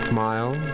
Smile